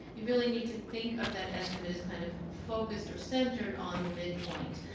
you really need to think of that estimate as kind of focused or centered on the midpoint.